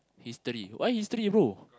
history why history bro